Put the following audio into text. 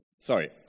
Sorry